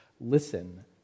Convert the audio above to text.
Listen